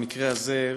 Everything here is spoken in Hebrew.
במקרה הזה,